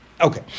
Okay